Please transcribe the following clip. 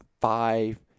five